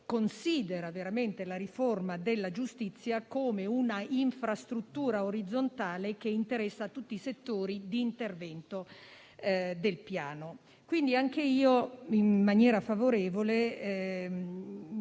considera veramente la riforma della giustizia come una infrastruttura orizzontale che interessa tutti i settori di intervento dello stesso Piano. Anch'io mi approccio in maniera favorevole